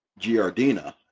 Giardina